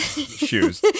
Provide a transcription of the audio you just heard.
shoes